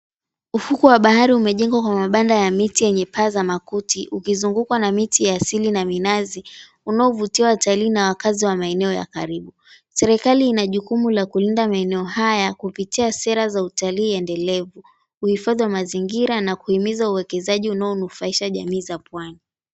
Ufukwe wa bahari umejengwa kwa mabanda ya miti yenye paa za makuti ukizungukwa na miti ya asili na minazi unayovutia watalii na wakaazi wa maeneo ya karibu. Serikali ina jukumu la kulinda maeneo haya kupitia sera za utalii endelevu, uhifadhi wa mazingira na kuhimiza uwekezaji unaonufaisha jamii za pwani.